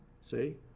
See